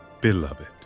Beloved